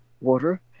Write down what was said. water